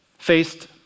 faced